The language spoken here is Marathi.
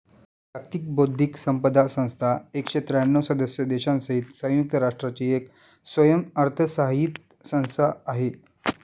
जागतिक बौद्धिक संपदा संस्था एकशे त्र्यांणव सदस्य देशांसहित संयुक्त राष्ट्रांची एक स्वयंअर्थसहाय्यित संस्था आहे